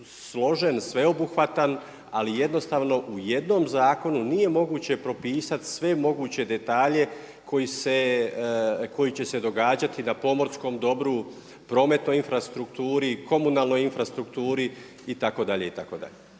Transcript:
sveobuhvatan, ali jednostavno u jednom zakonu nije moguće propisati sve moguće detalje koji će se događati na pomorskom dobru, prometnoj infrastrukturi, komunalnoj infrastrukturi itd, itd.